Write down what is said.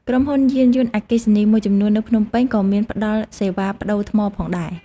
ក្រុមហ៊ុនយានយន្តអគ្គីសនីមួយចំនួននៅភ្នំពេញ ក៏មានផ្តល់សេវាប្ដូរថ្មដែរ។